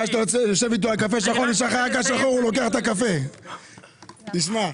אני יודע.